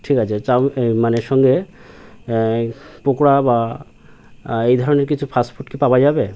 ঠিক আছে মানে সঙ্গে পোকোড়া বা এই ধরনের কিছু ফাস্টফুড কি পাওয়া যাবে